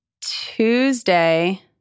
Tuesday